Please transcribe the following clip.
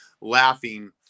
laughing